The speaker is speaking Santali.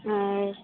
ᱦᱳᱭ